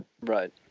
Right